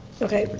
okay,